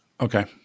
Okay